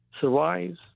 survives